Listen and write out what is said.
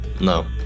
No